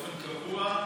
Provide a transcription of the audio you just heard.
באופן קבוע,